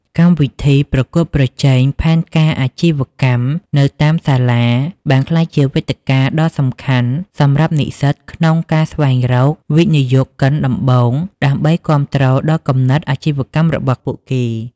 កម្មវិធីប្រកួតប្រជែងផែនការអាជីវកម្មនៅតាមសាលា បានក្លាយជាវេទិកាដ៏សំខាន់សម្រាប់និស្សិតក្នុងការស្វែងរក "វិនិយោគិនដំបូង" ដើម្បីគាំទ្រដល់គំនិតអាជីវកម្មរបស់ពួកគេ។